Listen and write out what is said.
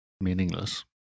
meaningless